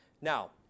Now